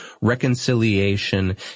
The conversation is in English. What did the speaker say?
reconciliation